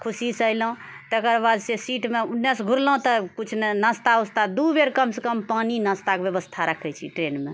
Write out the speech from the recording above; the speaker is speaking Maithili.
खुशीसँ अयलहुँ तेकर बाद सीटमे ओनयसँ घुरलहुँ तऽ कुछ नहिनाश्ता वास्ता दू बेर कमसँ कम पानी नास्ताके व्यवस्था राखैत छी ट्रेनमे